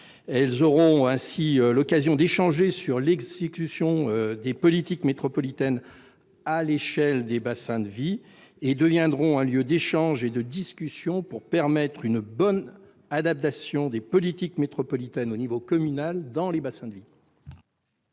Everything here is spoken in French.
Elles auront ainsi l'occasion de débattre de l'exécution des politiques métropolitaines à l'échelle des bassins de vie et deviendront des lieux d'échanges et de discussions pour permettre une bonne adaptation des politiques métropolitaines au niveau communal. Quel est l'avis de la